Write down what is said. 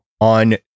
on